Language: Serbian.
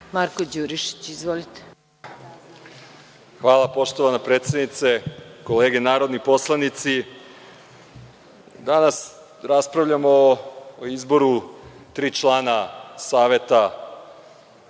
**Marko Đurišić** Hvala poštovana predsednice. Kolege narodni poslanici, danas raspravljamo o izboru tri člana Saveta